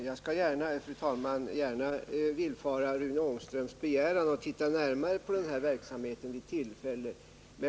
Fru talman! Jag skall gärna villfara Rune Ångströms begäran och titta närmare på den här verksamheten vid tillfälle.